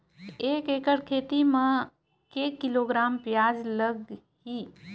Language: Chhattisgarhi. एक एकड़ खेती म के किलोग्राम प्याज लग ही?